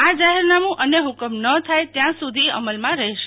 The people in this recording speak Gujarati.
આ જાહેરનામું અન્ય હુકમ ન થાય ત્યાં સુધી અમલમાં રહેશે